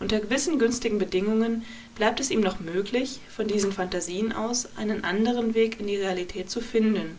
unter gewissen günstigen bedingungen bleibt es ihm noch möglich von diesen phantasien aus einen anderen weg in die realität zu finden